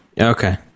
Okay